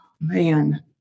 man